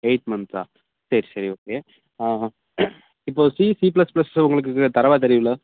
eight month சரி சரி okay இப்போது சி சி ப்ளஸ் ப்ளஸ் உங்களுக்குக்கு தரவா தெரியும்ல